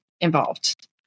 involved